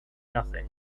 nothing